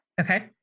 Okay